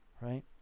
right